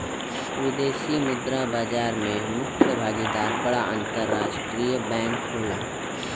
विदेशी मुद्रा बाजार में मुख्य भागीदार बड़ा अंतरराष्ट्रीय बैंक होला